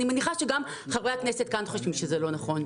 אני מניחה שגם חברי הכנסת כאן חושבים שזה לא נכון.